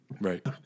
Right